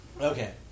Okay